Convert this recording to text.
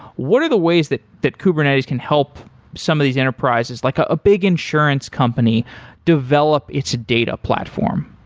what are the ways that that kubernetes can help some of these enterprises like a big insurance company develop its data platform?